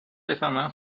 بفرمایین